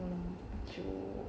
two